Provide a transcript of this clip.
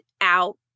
out